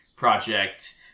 project